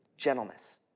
gentleness